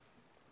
כן.